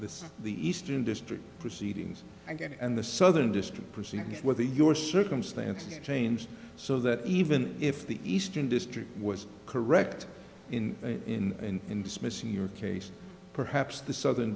the the eastern district proceedings and the southern district proceedings where the your circumstances changed so that even if the eastern district was correct in in in dismissing your case perhaps the southern